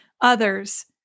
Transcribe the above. others